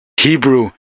Hebrew